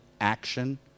action